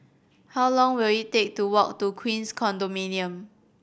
how long will it take to walk to Queens Condominium